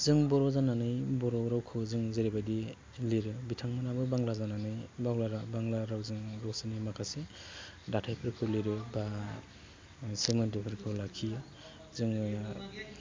जों बर' जानानै बर' रावखौ जों जेरैबादि लिरो बिथांमोनहाबो बांग्ला जानानै बांग्ला रावजों गावसिनि माखासे दाथायफोरखौ लिरो बा सोमोन्दोफोरखौ लाखियो जोङो